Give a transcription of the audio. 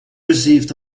received